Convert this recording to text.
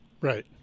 Right